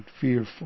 fearful